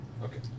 Okay